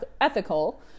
ethical